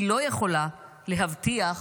היא לא יכולה להבטיח